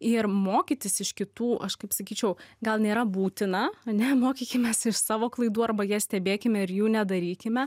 ir mokytis iš kitų aš kaip sakyčiau gal nėra būtina ane mokykimės iš savo klaidų arba jas stebėkime ir jų nedarykime